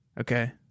Okay